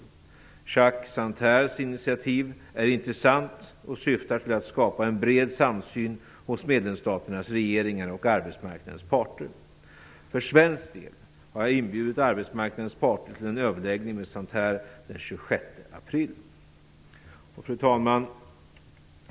Jacques Santers initiativ är intressant och syftar till att skapa en bred samsyn hos medlemsstaternas regeringar och hos arbetsmarknadens parter. För svensk del har jag inbjudit arbetsmarknadens parter till en överläggning med Santer den 26 april. Fru talman!